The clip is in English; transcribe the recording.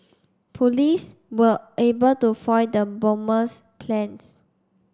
police were able to foil the bomber's plans